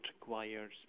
requires